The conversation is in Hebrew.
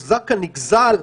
תודה רבה.